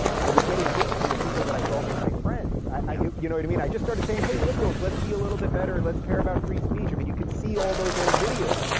i was getting hate from the people that i felt were my friends, do you know what i mean? i just started saying, hey liberals, let's be a little bit better, let's care about free speech. i mean you can see all those old videos.